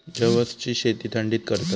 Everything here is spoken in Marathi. जवसची शेती थंडीत करतत